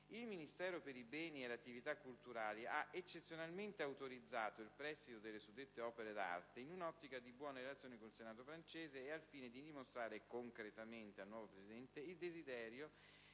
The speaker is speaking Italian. Il Ministero per i beni e le attività culturali ha eccezionalmente autorizzato il prestito delle suddette opere d'arte, in un'ottica di buone relazioni con il Senato francese e al fine di dimostrare concretamente al nuovo Presidente il desiderio